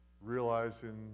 realizing